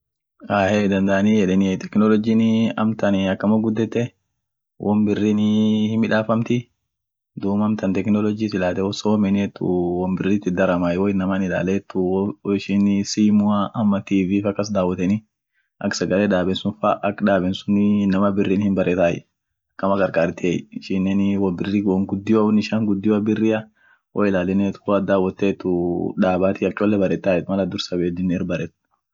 ahey dandaani hiyedenie technologin, amtan akam gudete won birinii hinmidaafamti, duub technologi wosila soomeni wonbiriit it daramai ,won dalet tivi au simu kas daawoteni ak sagale daaben sun inma birin hinbaretai akama kakartie won ishian biri gudioa woat daawote daabati baretai woat dursa beediinen lela baret